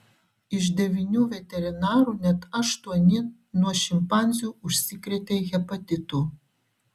iš devynių veterinarų net aštuoni nuo šimpanzių užsikrėtė hepatitu